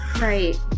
Right